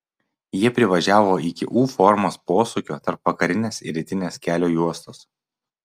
jie privažiavo iki u formos posūkio tarp vakarinės ir rytinės kelio juostos